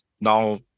now